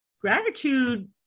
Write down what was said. gratitude